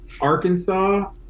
Arkansas